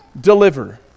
deliver